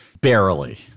Barely